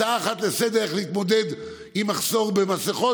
הצעה אחת לסדר-היום איך להתמודד עם מחסור במסכות,